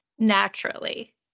Naturally